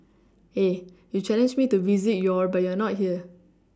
you challenged me to visit your but you are not here